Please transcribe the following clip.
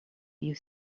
you